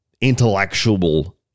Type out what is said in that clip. intellectual